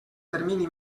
termini